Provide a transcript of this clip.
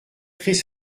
très